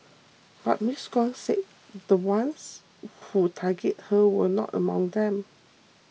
but Ms Gong said the ones who targeted her were not among them